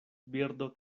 birdo